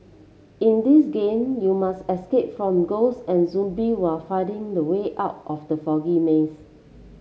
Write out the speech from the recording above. in this game you must escape from ghost and zombie while finding the way out of the foggy maze